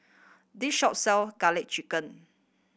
this shop sell Garlic Chicken